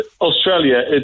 Australia